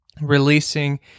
releasing